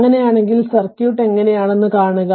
അങ്ങനെയാണെങ്കിൽ സർക്യൂട്ട് എങ്ങനെയെന്ന് കാണുക